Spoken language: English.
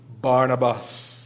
Barnabas